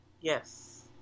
yes